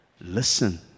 Listen